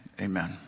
Amen